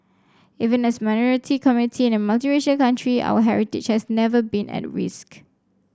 even as minority community in a multiracial country our heritage has never been at risk